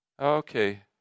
Okay